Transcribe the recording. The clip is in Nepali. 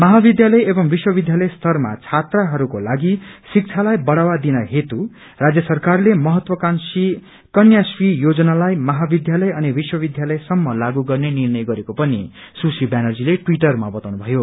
महाविध्यालय एव विश्वविध्यालय स्तरमा छत्राहस्कोलागि शिक्षालाई बढ़ावा दिन हेतु राज्य सरकारले महत्त्वकांकी कन्याश्री योजनालाई महाविष्यालय अनि विश्वविष्यालय सम्म लागू गर्ने निर्णय गरेको पनि ङुश्री ब्यानर्जले ट्र्विटमा बताउनु भयो